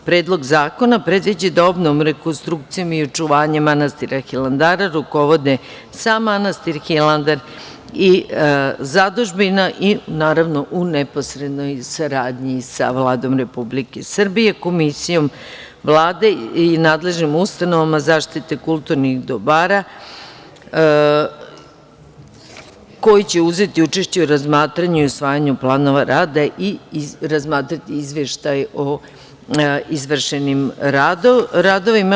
Predlog zakona predviđa da obnovom, rekonstrukcijom i očuvanjem manastira Hilandara rukovode sam manastir Hilandar i zadužbina i naravno u neposrednoj saradnji sa Vladom Republike Srbije, Komisijom Vlade i nadležnim ustanovama za zaštite kulturnih dobara koji će uzeti učešće u razmatranju i usvajanju planova rada i razmatrati Izveštaj o izvršenim radovima.